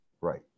Right